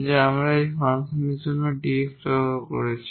যা আমরা এই ফাংশনের জন্য dx ব্যবহার করেছি